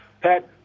Pat